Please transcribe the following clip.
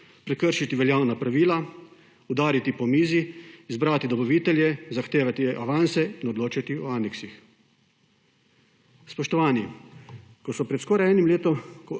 prekršiti veljavna pravila, udariti po mizi, izbrati dobavitelje, zahtevati avanse in odločati o aneksih. Spoštovani! Ko so pred skoraj enim letom